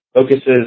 focuses